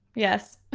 yes.